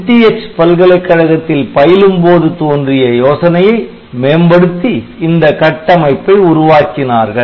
NTH பல்கலைக்கழகத்தில் பயிலும் போது தோன்றிய யோசனையை மேம்படுத்தி இந்த கட்டமைப்பை உருவாக்கினார்கள்